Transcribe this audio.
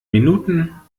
minuten